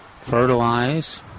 fertilize